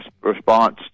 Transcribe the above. response